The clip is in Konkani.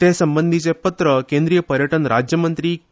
ते संबंदीचे पत्रक केद्रीय पर्यटन राज्यमंत्री के